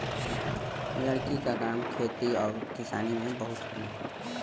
लकड़ी क काम खेती आउर किसानी में बहुत होला